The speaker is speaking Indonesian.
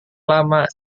lama